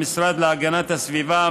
המשרד להגנת הסביבה,